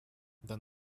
than